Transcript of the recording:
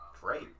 great